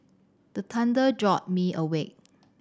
the thunder jolt me awake